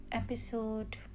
episode